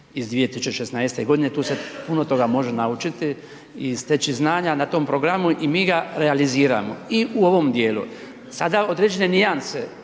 iz 2016.g., tu se puno toga može naučiti i steći znanja na tom programu i mi ga realiziramo i u ovom dijelu. Sada određene nijanse,